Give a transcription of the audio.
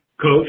Coach